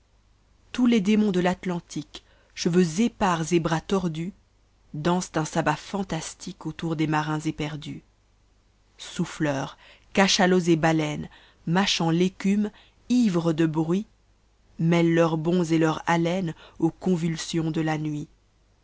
tous les démoos de t'atïaatîqae cheveaxéparsetbrastordms danseni un sabbat ntasthpte antoar des matias éperdas soatmemrs cachalots et baleines mâchant récame ivres de bro t mêlent leurs bonds et lears baleines aux convulsions de la nuit